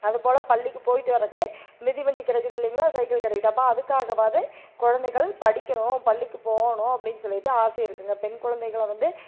அதுப்போல் பள்ளிக்கு போய்ட்டு வர்றதுக்கு மிதிவண்டி கெடைக்குது இல்லைங்களா சைக்கிள் கெடைக்குது அப்போ அதுக்காகவாவது கொழந்தைகள் படிக்கணும் பள்ளிக்கு போகணும் அப்டின்னு சொல்லிட்டு ஆசை இருக்கும்ங்க பெண் கொழந்தைகள வந்து